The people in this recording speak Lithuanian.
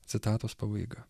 citatos pabaiga